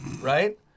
right